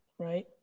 Right